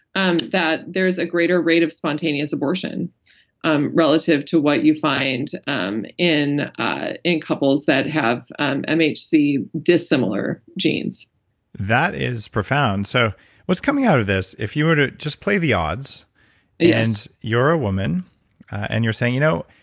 and that there's a greater rate of spontaneous abortion um relative to what you find um in ah in couples that have um mhc dissimilar genes that is profound. so what's coming out of this? if you were to just play the odds and you're a woman and you're saying, you know,